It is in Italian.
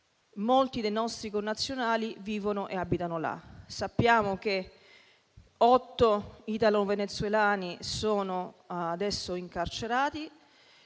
molti dei nostri connazionali vivono e abitano là. Sappiamo che otto italo-venezuelani sono adesso incarcerati